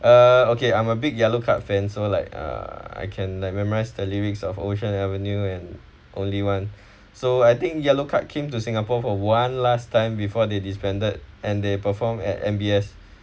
uh okay I'm a big yellowcard fans so like uh I can like memorise the lyrics of ocean avenue and only one so I think yellowcard came to singapore for one last time before they disbanded and they performed at M_B_S